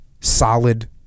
solid